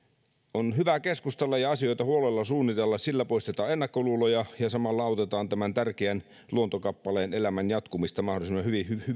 on hyvä keskustella ja asioita huolella suunnitella sillä poistetaan ennakkoluuloja ja samalla autetaan tämän tärkeän luontokappaleen elämän jatkumista mahdollisimman